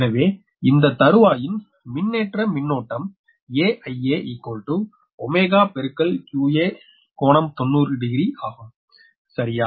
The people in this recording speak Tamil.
எனவே இந்த தருவாயின் மின்னேற்ற மின்னோட்டம் aIa 𝜔 ∗ 𝑞𝑎 ∟90 டிகிரி ஆகும் சரியா